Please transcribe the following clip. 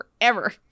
forever